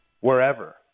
wherever